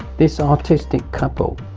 this artistic couple,